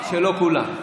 שלא כולם.